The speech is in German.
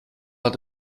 hat